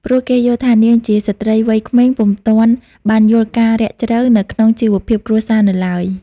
ព្រោះគេយល់ថា នាងជាស្ត្រីវ័យក្មេងពុំទាន់បានយល់ការណ៍រាក់ជ្រៅនៅក្នុងជីវភាពគ្រួសារនៅឡើយ ។